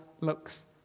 looks